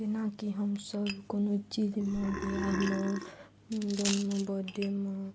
जेनाकि हमसब कोनो चीजमे विवाहमे जन्ममे बर्थडेमे